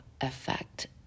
effect